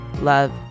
love